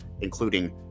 including